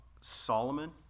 Solomon